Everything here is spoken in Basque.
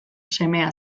semea